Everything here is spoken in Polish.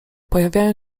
pojawiają